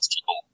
people